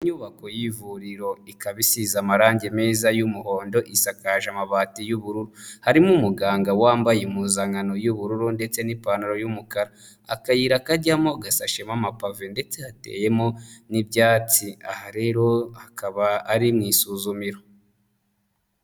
Inyubako y'ivuriro ikabasiza amarangi meza y'umuhondo isakaje amabati y'ubururu ,harimo umuganga wambaye impuzankano y'ubururu ndetse n'ipantaro yumukara ,akayira kajyamo gasashemo amapave ndetse hateyemo n'ibyatsi aha rero hakaba ari mw' isuzumiro.